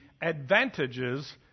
advantages